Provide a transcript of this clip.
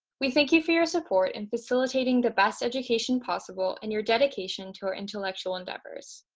we thank you for your support in facilitating the best education possible and your dedication to our intellectual endeavors.